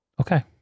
Okay